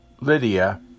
Lydia